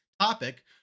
topic